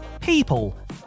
people